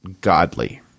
godly